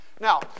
Now